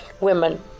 women